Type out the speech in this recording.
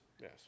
yes